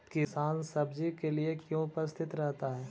किसान सब्जी के लिए क्यों उपस्थित रहता है?